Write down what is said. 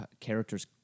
character's